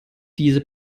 diese